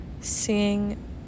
seeing